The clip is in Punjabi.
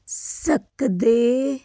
ਸਕਦੇ